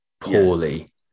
poorly